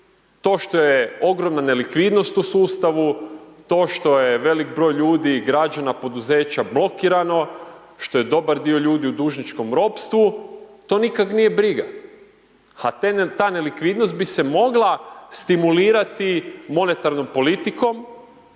to što je ogromna nelikvidnost u sustavu, to što je velik broj ljudi, građana, poduzeća blokirano, što je dobar dio ljudi u dužničkom ropstvu, to nikog nije briga. A ta nelikvidnosti bi se mogla stimulirati monetarnom politikom,